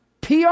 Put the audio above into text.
PR